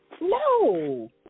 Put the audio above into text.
No